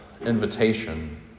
invitation